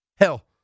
Hell